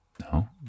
no